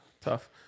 Tough